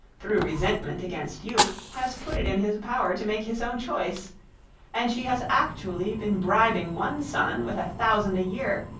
through resentment against you, has put it in his power to make his own choice and she has actually been bribing one son with a thousand a-year,